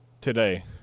today